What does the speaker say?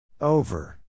Over